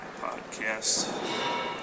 podcast